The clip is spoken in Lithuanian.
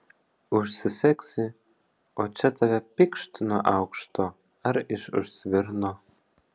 užsisegsi o čia tave pykšt nuo aukšto ar iš už svirno